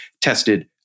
tested